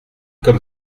comme